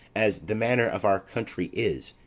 as the manner of our country is,